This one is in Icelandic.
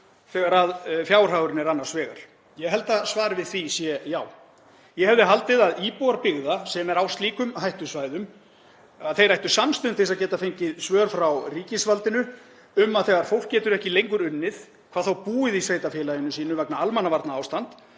þegar fjárhagurinn er annars vegar? Ég held að svarið við því sé já. Ég hefði haldið að íbúar byggða sem er á slíkum hættusvæðum ættu samstundis að geta fengið svör frá ríkisvaldinu um að þegar fólk getur ekki lengur unnið, hvað þá búið í sveitarfélaginu sínu vegna almannavarnaástands,